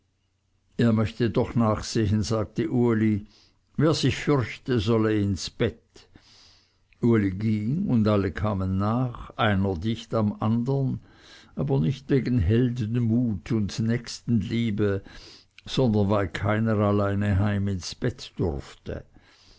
er möchte doch nachsehen sagte uli wer sich fürchte solle ins bett uli ging und alle kamen nach einer dicht am andern aber nicht wegen heldenmut und nächstenliebe sondern weil keiner alleine heim ins bett durfte